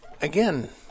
again